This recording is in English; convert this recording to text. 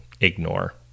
ignore